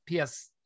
PS